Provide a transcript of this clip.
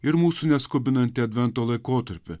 ir mūsų neskubinantį advento laikotarpį